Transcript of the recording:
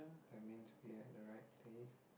that means we're at the right place